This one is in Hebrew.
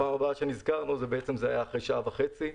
הפעם הבאה שנזכרנו הייתה אחרי שעה וחצי.